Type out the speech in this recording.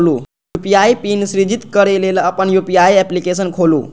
UPI PIN सृजित करै लेल अपन यू.पी.आई एप्लीकेशन खोलू